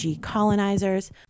colonizers